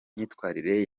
myitwarire